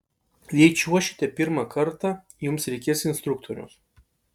jei čiuošite pirmą kartą jums reikės instruktoriaus